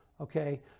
okay